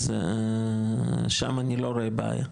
אז שם אני לא רואה בעיה.